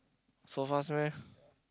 so fast meh